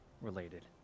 Related